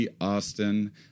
Austin